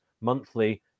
monthly